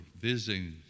visiting